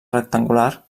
rectangular